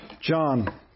John